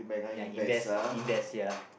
ya invest invest ya